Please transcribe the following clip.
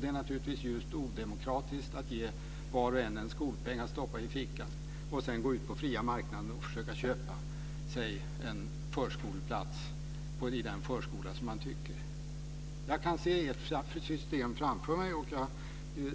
Det är naturligtvis djupt odemokratiskt att ge alla en skolpeng att stoppa i fickan och sedan låta dem gå ut på fria marknaden och försöka köpa sig en förskoleplats i den förskola de vill. Jag kan se ert system framför mig, och jag